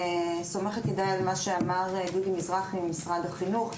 על מה שאמר דודי מזרחי ממשרד החינוך,